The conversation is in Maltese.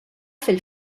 fil